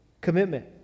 commitment